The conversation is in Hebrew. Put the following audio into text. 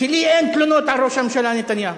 שלי אין תלונות על ראש הממשלה נתניהו.